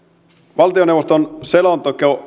valtioneuvoston selonteko